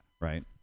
right